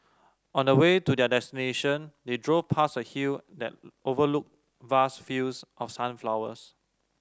on the way to their destination they drove past a hill that overlooked vast fields of sunflowers